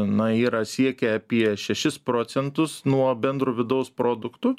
na yra siekia apie šešis procentus nuo bendro vidaus produktų